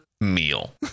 meal